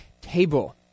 table